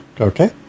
Okay